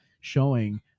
showing